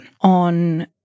on